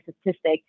statistic